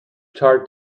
tart